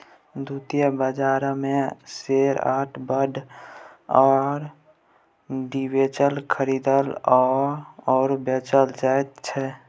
द्वितीयक बाजारमे shares bond आओर डिबेंचरकेँ खरीदल आओर बेचल जाइत छै